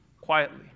quietly